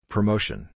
Promotion